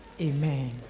Amen